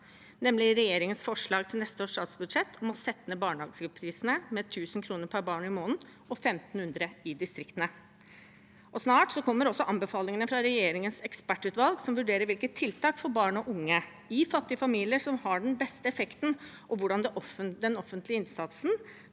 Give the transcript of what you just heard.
nemlig regjeringens forslag til neste års statsbudsjett om å sette ned barnehageprisene med 1 000 kr per barn i måneden, og med 1 500 kr i distriktene. Snart kommer også anbefalingene fra regjeringens ekspertutvalg som vurderer hvilke tiltak som har den beste effekten for barn og unge i fattige familier, og hvordan den offentlige innsatsen